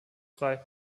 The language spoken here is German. frei